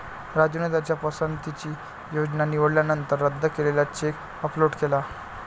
राजूने त्याच्या पसंतीची योजना निवडल्यानंतर रद्द केलेला चेक अपलोड केला